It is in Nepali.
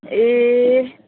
ए